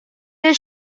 the